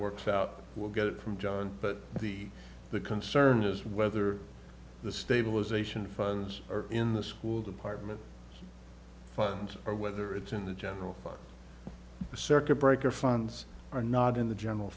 works out we'll get it from john but the concern is whether the stabilization funds are in the school department funds or whether it's in the general fund a circuit breaker funds or not in the general